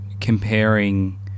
comparing